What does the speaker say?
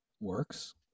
works